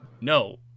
no